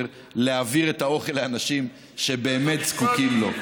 להעביר את האוכל לאנשים שבאמת זקוקים לו?